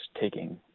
taking